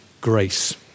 grace